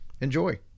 Enjoy